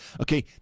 Okay